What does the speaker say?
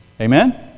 Amen